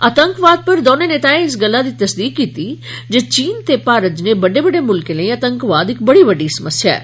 आंतकवाद पर दौने नेताएं इस गल्ला दी तस्दीक कीती जे चीन ते भारत जनेह बड्डे बड्डे मुल्कें लेई आतंकवाद इक बड़ी बड्डी समस्या ऐ